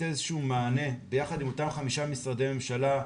לתת איזשהו מענה, ביחד עם אותם חמישה משרדי ממשלה,